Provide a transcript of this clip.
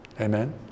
amen